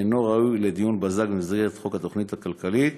אינו ראוי לדיון בזק במסגרת חוק התוכנית הכלכלית,